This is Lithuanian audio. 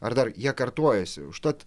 ar dar jie kartojasi užtat